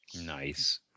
Nice